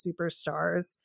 superstars